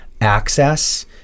access